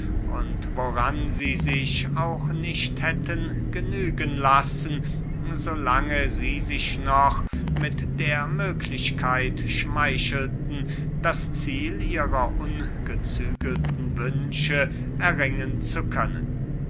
woran sie sich auch nicht hätten genügen lassen so lange sie sich noch mit der möglichkeit schmeichelten das ziel ihrer ungezügelten wünsche erringen zu können